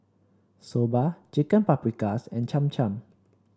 Soba Chicken Paprikas and Cham Cham